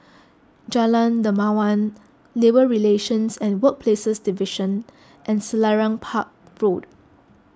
Jalan Dermawan Labour Relations and Workplaces Division and Selarang Park Road